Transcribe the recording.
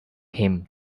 him